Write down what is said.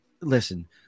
listen